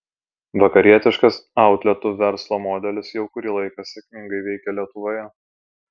vakarietiškas outletų verslo modelis jau kurį laiką sėkmingai veikia lietuvoje